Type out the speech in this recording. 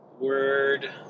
word